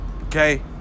Okay